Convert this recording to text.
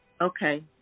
Okay